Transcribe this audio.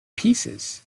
pieces